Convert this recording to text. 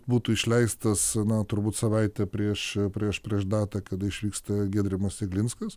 būtų išleistas na turbūt savaitę prieš prieš prieš datą kada išvyksta giedrimas jeglinskas